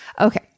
Okay